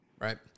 Right